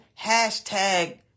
hashtag